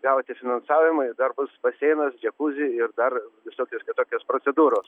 gauti finansavimui ir dar bus baseinas džiakuzi ir dar visokios kitokios procedūros